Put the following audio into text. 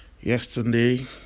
Yesterday